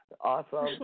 awesome